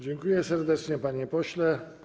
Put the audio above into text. Dziękuję serdecznie, panie pośle.